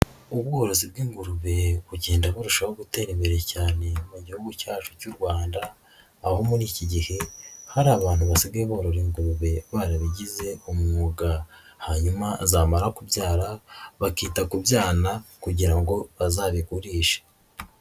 Ubworozi bw'ingurube bugenda burushaho gutera imbere cyane mu gihugu cyacu cy'u Rwanda aho muri iki gihe hari abantu basigaye borora ingurube barabigize umwuga, hanyuma zamara kubyara bakita kubana kugira ngo bazabigurishe.